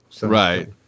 right